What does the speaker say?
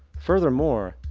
furthermore,